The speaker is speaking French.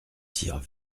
tire